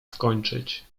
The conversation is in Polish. skończyć